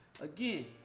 Again